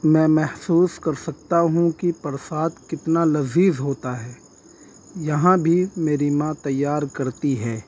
میں محسوس کر سکتا ہوں کہ پرساد کتنا لذیذ ہوتا ہے یہاں بھی میری ماں تیار کرتی ہے